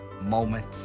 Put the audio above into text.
moment